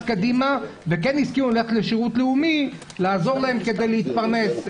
קדימה וכן הסכימו ללכת לשירות לאומי ולעזור להם כדי להתפרנס.